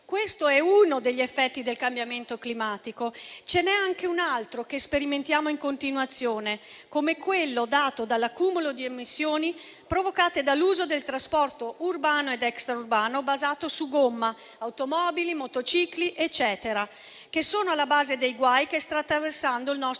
È uno degli effetti del cambiamento climatico. Ce n'è anche un altro, che sperimentiamo in continuazione: quello dato dall'accumulo di emissioni provocate dall'uso del trasporto urbano ed extraurbano basato su gomma (automobili, motocicli, eccetera), che è alla base dei guai che sta attraversando il nostro